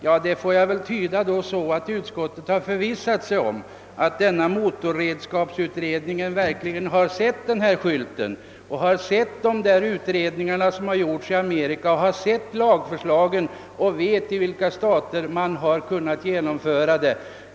Jag får väl tyda detta så att utskottet har förvissat sig om att motorredskapsutredningen verkligen har sett skylten, de utredningar som gjorts i Amerika och lagförslagen och vet i vil ka stater man har kunnat införa den.